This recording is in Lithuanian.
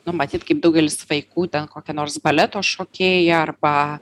nu matyt kaip daugelis vaikų ten kokia nors baleto šokėja arba